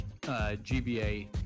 gba